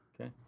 Okay